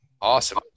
Awesome